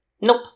Nope